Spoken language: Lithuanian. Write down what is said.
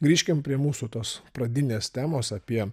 grįžkim prie mūsų tos pradinės temos apie